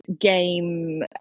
game